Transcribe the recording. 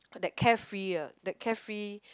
that carefree uh that carefree